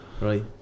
Right